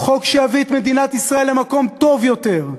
חוק שיביא את מדינת ישראל למקום טוב יותר.